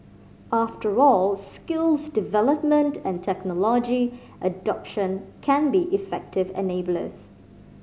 after all skills development and technology adoption can be effective enablers